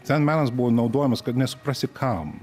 ten menas buvo naudojamas kad nesuprasi kam